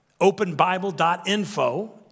openbible.info